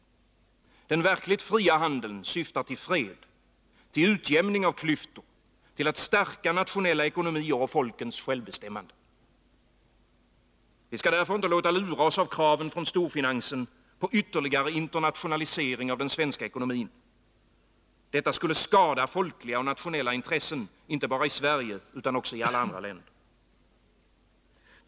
Den verkligt fria handeln syftar till fred, till utjämning av klyftor, till att stärka nationella ekonomier och folkens självbestämmande. Vi skall därför inte låta lura oss av kraven från storfinansen på ytterligare internationalisering av den svenska ekonomin. Detta skulle skada folkliga och nationella intressen, inte bara i Sverige utan också i alla andra länder.